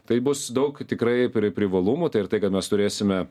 tai bus daug tikrai pri privalumų tai ir tai kad mes turėsime